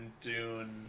Dune